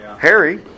Harry